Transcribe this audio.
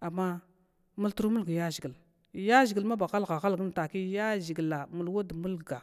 amma muntru mulng yaʒhigla ya ʒhigl maba haiha hal gn tak yaʒhigla mul wad mulg.